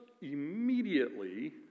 immediately